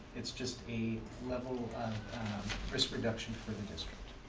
it's just a level of risk reduction for the district.